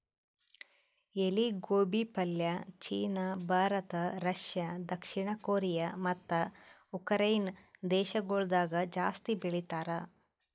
ಎಲಿ ಗೋಬಿ ಪಲ್ಯ ಚೀನಾ, ಭಾರತ, ರಷ್ಯಾ, ದಕ್ಷಿಣ ಕೊರಿಯಾ ಮತ್ತ ಉಕರೈನೆ ದೇಶಗೊಳ್ದಾಗ್ ಜಾಸ್ತಿ ಬೆಳಿತಾರ್